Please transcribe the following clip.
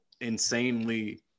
insanely